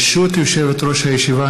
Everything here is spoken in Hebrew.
ברשות יושבת-ראש הישיבה,